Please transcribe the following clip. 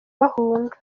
bahunga